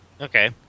Okay